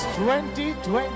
2020